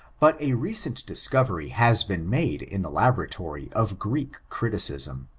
but a recent discovery has been made in the laboratory of greek criticism.